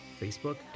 Facebook